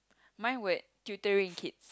mine would tutoring kids